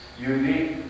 unique